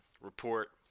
report